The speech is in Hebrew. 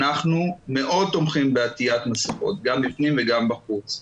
אנחנו מאוד תומכים בעטיית מסכות גם בפנים וגם בחוץ.